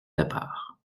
départ